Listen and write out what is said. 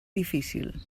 difícil